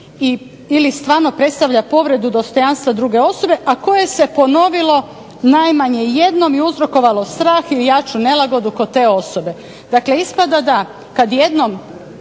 ili stvarno predstavlja povredu dostojanstva druge osobe, a koje se ponovilo najmanje jednom i uzrokovalo strah i ojačalo nelagodu kod te osobe. Dakle, ispada da kad jednom